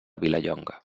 vilallonga